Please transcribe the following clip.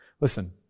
Listen